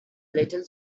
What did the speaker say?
little